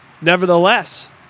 nevertheless